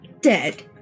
dead